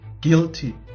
guilty